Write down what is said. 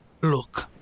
Look